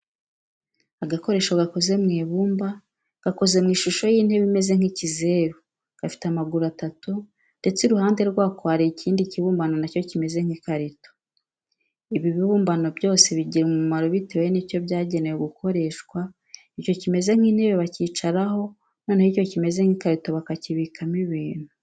Agakoresho gakoze mu ibumba gakoze mu ishusho y'intebe imeze nk'ikizeru, gafite amaguru atatu ndetse iruhande rwako hari ikindi kibumbano na cyo kimeze nk'ikarito. Ibi bibumbano byose bigira umumaro bitewe n'icyo byagenewe gukoreshwa. Icyo kimeze nk'intebe bacyicaraho, noneho icyo kimeze nk'ikarito bakakibikamo ibintu.